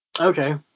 okay